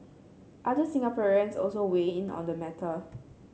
other Singaporeans also weigh in on the matter